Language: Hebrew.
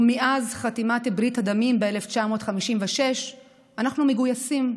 ומאז חתימת ברית הדמים ב-1956 אנחנו מגויסים,